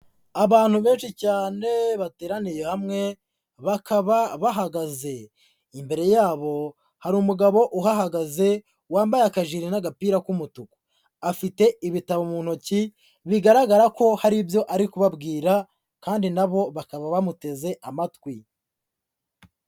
Abantu benshi cyane bateraniye hamwe, bakaba bahagaze. Imbere yabo hari umugabo uhahagaze wambaye akajire n'agapira k'umutuku, afite ibitabo mu ntoki, bigaragara ko hari ibyo ari kubabwira kandi na bo bakaba bamuteze amatwi.